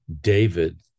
David